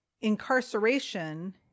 incarceration